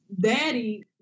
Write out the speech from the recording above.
daddy